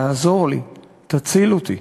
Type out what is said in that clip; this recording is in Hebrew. תעזור לי, תציל אותי.